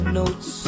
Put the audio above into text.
notes